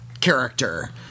character